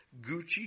Gucci